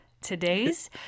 Today's